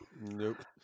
Nope